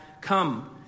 come